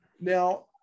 Now